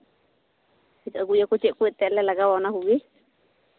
ᱟᱹᱜᱩᱭᱟᱠᱚ ᱪᱮᱫ ᱠᱚᱡ ᱮᱱᱛᱮᱜ ᱞᱮ ᱞᱟᱜᱟᱣᱟ ᱚᱱᱟ ᱠᱚᱜᱮ